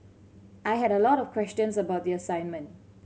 I had a lot of questions about the assignment